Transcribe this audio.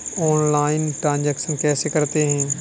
Online transaction कैसे करते हैं?